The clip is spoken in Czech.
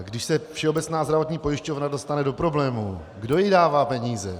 Když se Všeobecná zdravotní pojišťovna dostane do problémů, kdo jí dává peníze?